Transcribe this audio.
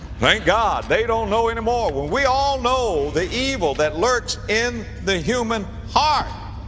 thank god they don't know any more. well, we all know the evil that lurks in the human heart,